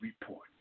report